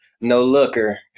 no-looker